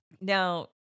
Now